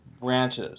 branches